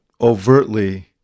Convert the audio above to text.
overtly